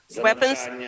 weapons